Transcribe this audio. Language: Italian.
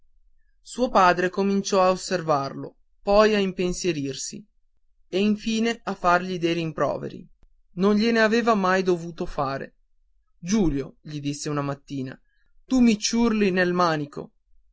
suo padre cominciò a osservarlo poi a impensierirsi e in fine a fargli dei rimproveri non glie ne aveva mai dovuto fare giulio gli disse una mattina tu mi ciurli nel manico